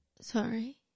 sorry